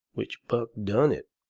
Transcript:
which buck done it.